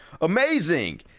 Amazing